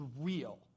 real